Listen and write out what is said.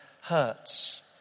hurts